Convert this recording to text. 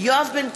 יואב בן צור,